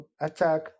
attack